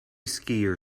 skier